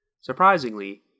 Surprisingly